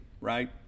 right